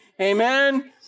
Amen